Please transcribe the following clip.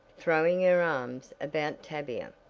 throwing her arms about tavia.